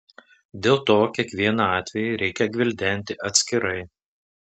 dėl to kiekvieną atvejį reikia gvildenti atskirai